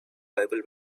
bible